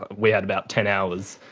we had about ten hours.